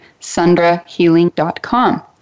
sundrahealing.com